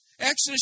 Exodus